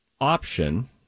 option